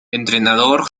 entrenador